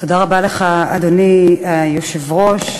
אדוני היושב-ראש,